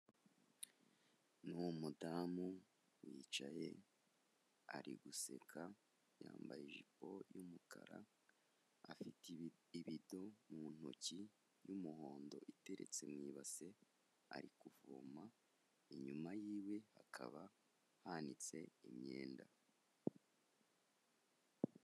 Ni umudamu wicaye, ari guseka, yambaye ijipo y'umukara, afite ibido mu ntoki y'umuhondo iteretse mu ibase, ari kuvoma, inyuma y'iwe hakaba hanitse imyenda.